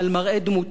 על ציונות,